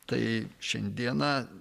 tai šiandieną